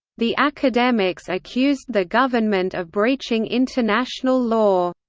the academics accused the government of breaching international law.